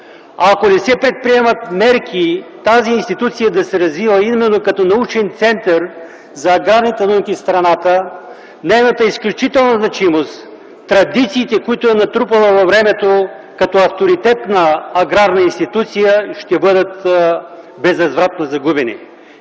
Ако не се предприемат мерки тази институция да се развива именно като научен център за аграрните науки в страната, нейната изключителна значимост, традициите, които е натрупала във времето като авторитетна аграрна институция, ще бъдат безвъзвратно загубени.